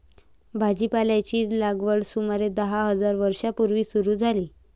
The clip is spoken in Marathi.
भाजीपाल्याची लागवड सुमारे दहा हजार वर्षां पूर्वी सुरू झाली